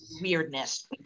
weirdness